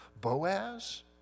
Boaz